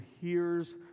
hears